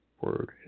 word